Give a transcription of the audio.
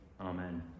Amen